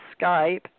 Skype